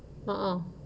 ah ah